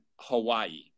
Hawaii